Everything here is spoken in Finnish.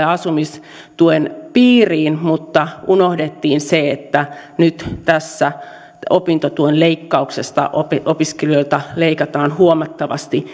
asumistuen piiriin mutta unohdettiin se että nyt tässä opintotuen leikkauksessa opiskelijoilta leikataan huomattavasti